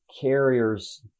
carriers